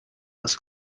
was